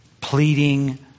pleading